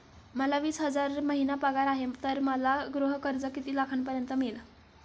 मला वीस हजार महिना पगार आहे तर मला गृह कर्ज किती लाखांपर्यंत मिळेल?